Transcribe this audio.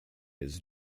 his